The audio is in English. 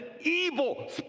evil